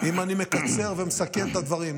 אם אני מקצר ומסכם את הדברים,